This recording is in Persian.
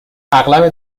اغلب